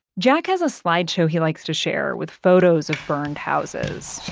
jack has a slideshow he likes to share with photos of burned houses.